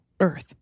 Earth